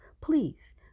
please